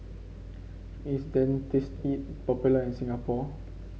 is Dentiste popular in Singapore